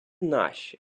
наші